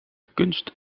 kunst